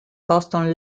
boston